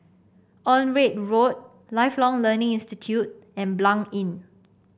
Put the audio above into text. Onraet Road Lifelong Learning Institute and Blanc Inn